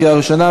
לקריאה ראשונה.